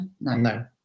No